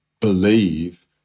believe